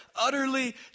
utterly